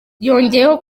yongeyeho